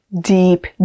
deep